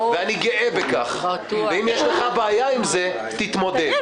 אני גאה בכך ואם יש לך בעיה עם זה, תתמודד.